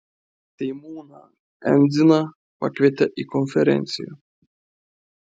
seimūną endziną pakvietė į konferenciją